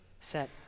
set